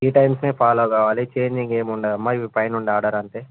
ఈ టైమ్స్నే ఫాలో కావాలి ఛేంజింగ్ ఏమి ఉండదమ్మా ఇవి పైనున్న ఆడర్ అంతే